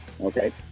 Okay